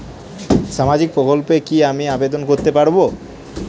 সামাজিক প্রকল্পে কি আমি আবেদন করতে পারবো?